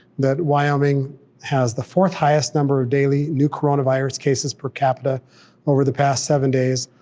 that wyoming has the fourth highest number of daily new coronavirus cases per capita over the past seven days,